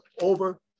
over